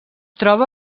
troba